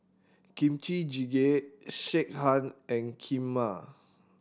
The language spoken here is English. Kimchi Jjigae Sekihan and Kheema